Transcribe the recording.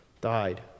died